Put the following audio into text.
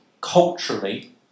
Culturally